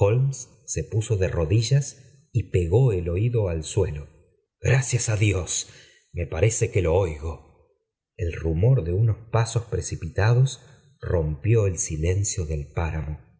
se puso de rodillas y pegó d suelo gracias á dios me paroco que lo oigo el rumor de unos pasos precipitad n silencio del páramo